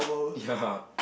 ya